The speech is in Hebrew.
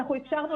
אנחנו אפשרנו